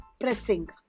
pressing